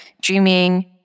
dreaming